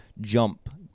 jump